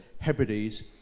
hebrides